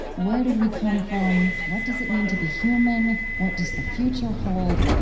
where did we come from? what does it mean to be human? what does the future hold?